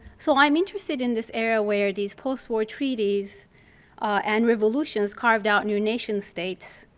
so i'm interested in this era where these postwar treaties and revolutions carved out new nation-states.